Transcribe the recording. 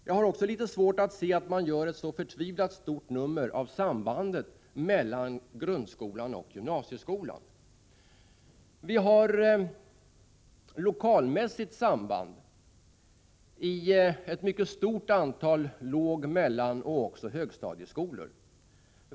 Jag har också litet svårt att förstå varför man gör ett sådant enormt stort nummer av sambandet mellan grundskolan och gymnasieskolan. Vi har ett lokalmässigt samband i ett mycket stort antal låg-, mellanoch också högstadieskolor.